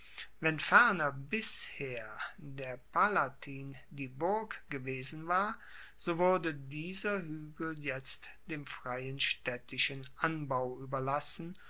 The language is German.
wenn ferner bisher der palatin die burg gewesen war so wurde dieser huegel jetzt dem freien staedtischen anbau ueberlassen